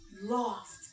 lost